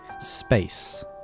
Space